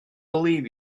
believe